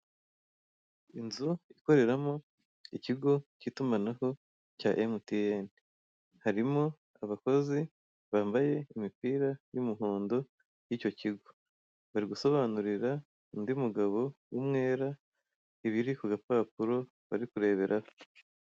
Inzu ikoreramo ikigo cy'itumanaho cya emutiyeni, harimo abakozi bambaye imipira y'imihondo y'icyo kigo bari gusobanurira undi mugabo w'umwera ibiri ku gapapuro bari kureberaho.